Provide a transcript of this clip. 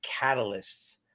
catalysts